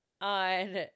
On